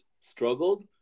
struggled